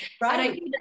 right